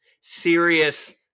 serious